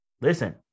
Listen